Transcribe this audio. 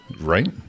right